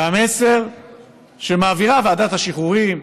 והמסר שמעבירה ועדת השחרורים,